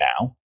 now